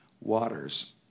waters